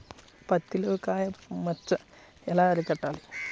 పత్తిలో కాయ మచ్చ ఎలా అరికట్టాలి?